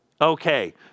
Okay